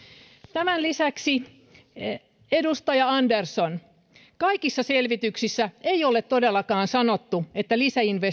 tämän lisäksi edustaja andersson kaikissa selvityksissä ei ole todellakaan sanottu että liikenteen